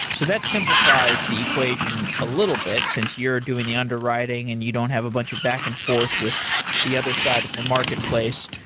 so that simplifies the equation a little bit since you're doing the underwriting and you don't have a bunch of back-and-forth with the other side of the marketplace.